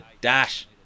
Dash